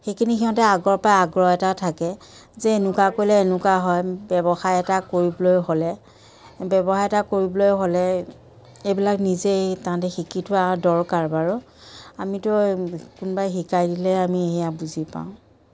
সেইখিনি সিহঁতে আগৰ পৰা আগ্ৰহ এটা থাকে যে এনেকুৱা কৰিলে এনেকুৱা হয় ব্যৱসায় এটা কৰিবলৈ হ'লে ব্যৱসায় এটা কৰিবলৈ হ'লে এইবিলাক নিজেই তাহাতি শিকি থোৱা দৰকাৰ বাৰু আমিতো আৰু কোনোবাই শিকাই দিলে আমি সেয়া বুজি পাওঁ